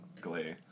Glee